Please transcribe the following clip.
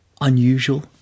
unusual